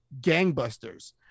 gangbusters